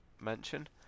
mention